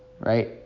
right